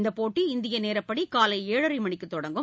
இந்தப்போட்டி இந்திய நேரப்படி காலை ஏழரை மணிக்கு தொடங்கும்